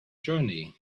journey